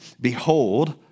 Behold